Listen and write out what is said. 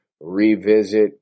revisit